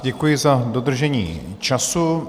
Děkuji za dodržení času.